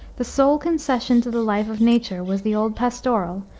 the sole concession to the life of nature was the old pastoral,